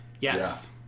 Yes